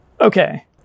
Okay